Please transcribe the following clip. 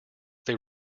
they